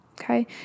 okay